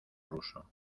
ruso